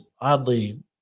oddly